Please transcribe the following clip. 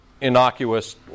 innocuous